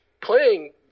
playing